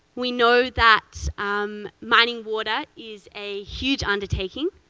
we know that um mining water is a huge undertaking,